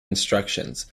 instructions